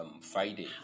Friday